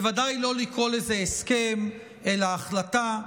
בוודאי לא לקרוא לזה "הסכם" אלא "החלטה",